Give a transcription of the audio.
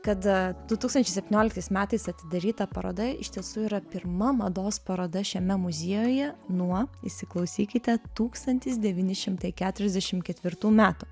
kad du tūkstančiai septynioliktais metais atidaryta paroda iš tiesų yra pirma mados paroda šiame muziejuje nuo įsiklausykite tūkstantis devyni šimtai keturiasdešim ketvirtų metų